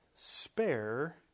Spare